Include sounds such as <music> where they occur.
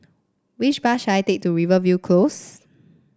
which bus should I take to Rivervale Close <noise>